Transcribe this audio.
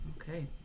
Okay